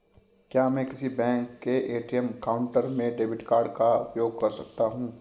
क्या मैं किसी भी बैंक के ए.टी.एम काउंटर में डेबिट कार्ड का उपयोग कर सकता हूं?